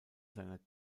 seiner